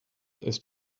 ist